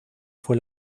fue